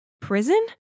Prison